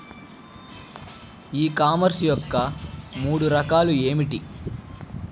E commerce యొక్క మూడు రకాలు ఏమిటి?